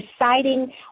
deciding